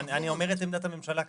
אני אומר את עמדת הממשלה כרגע.